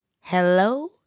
Hello